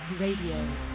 Radio